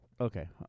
Okay